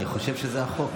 אני חושב שזה החוק,